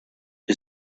who